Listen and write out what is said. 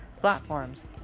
platforms